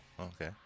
Okay